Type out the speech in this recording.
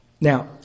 Now